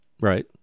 right